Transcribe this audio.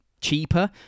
cheaper